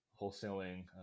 wholesaling